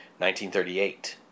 1938